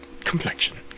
complexion